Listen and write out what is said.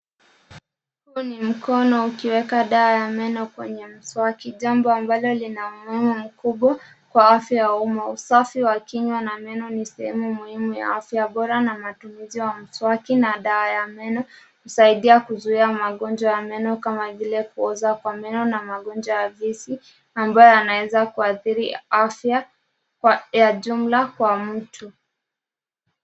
Huu ni mkono ukiweka dawa ya meno kwenye mswaki, jambo ambalo lina umuhimu mkubwa kwa afya ya umma. Usafi wa kinywa na meno ni sehemu muhimu ya afya bora na matumizi ya mswaki na dawa ya meno kusaidia kuzuia magonjwa ya meno kama vile kuoza kwa meno na magonjwa halisi ambayo yanaweza kuathiri afya ya jumla kwa mtu.